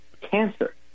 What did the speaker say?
cancer